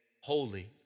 holy